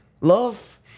love